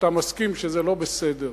ואתה מסכים שזה לא בסדר.